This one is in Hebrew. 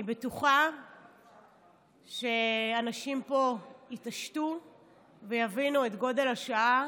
אני בטוחה שאנשים פה יתעשתו ויבינו את גודל השעה